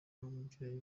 n’umubyeyi